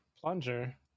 plunger